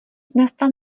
nastal